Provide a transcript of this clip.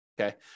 okay